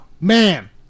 man